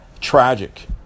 tragic